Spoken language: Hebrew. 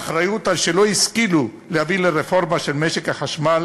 האחריות על שלא השכילו להביא לרפורמה במשק החשמל